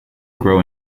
grow